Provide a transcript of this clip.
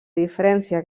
diferència